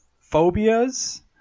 phobias